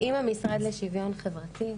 עם המשרד לשוויון חברתי,